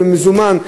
במזומן?